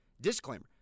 Disclaimer